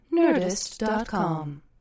Nerdist.com